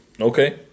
Okay